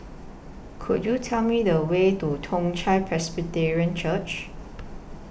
Could YOU Tell Me The Way to Toong Chai Presbyterian Church